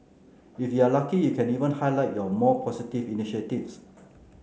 if you are lucky you can even highlight your more positive initiatives